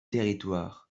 territoires